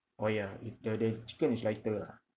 oh ya it the the chicken is lighter ah